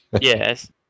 Yes